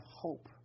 hope